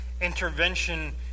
intervention